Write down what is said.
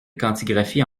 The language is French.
quantigraphies